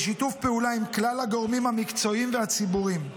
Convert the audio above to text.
בשיתוף פעולה עם כלל הגורמים המקצועיים והציבוריים.